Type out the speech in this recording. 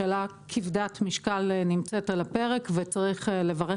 שאלה כבדת משקל נמצאת על הפרק וצריך לברך